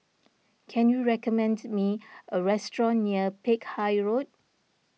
can you recommend me a restaurant near Peck Hay Road